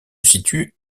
situe